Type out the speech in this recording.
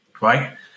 Right